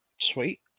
Sweet